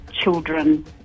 Children